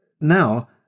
now